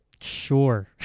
sure